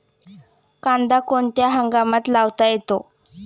कांदा कोणत्या हंगामात लावता येतो?